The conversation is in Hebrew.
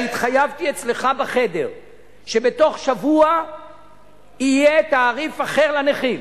אני התחייבתי אצלך בחדר שבתוך שבוע יהיה תעריף אחר לנכים,